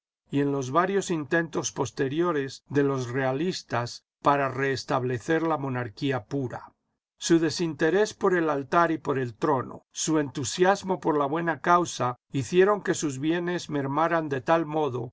y en los varios intentos posteriores de los realistas para restablecer la monarquía pura su desinterés por el altar y por el trono su entusiasmo por la buena causa hicieron que sus bienes mermaran de tal modo